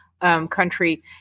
Country